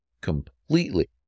completely